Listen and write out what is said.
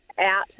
out